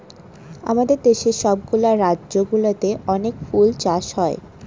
আমাদের দেশের সব গুলা রাজ্য গুলোতে অনেক ফুল চাষ হয়